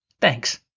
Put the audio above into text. Thanks